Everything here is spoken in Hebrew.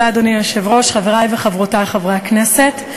אדוני היושב-ראש, תודה, חברי וחברותי חברי הכנסת,